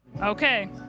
Okay